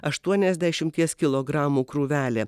aštuoniasdešimties kilogramų krūvelė